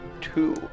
two